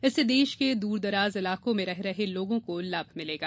इससे देश के दूरदराज इलाकों में रह रहे लोगों को लाभ मिलेगा